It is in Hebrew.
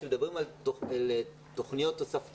כאשר מדברים על תוכניות תוספתיות,